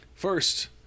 First